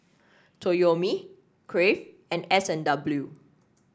Toyomi Crave and S and W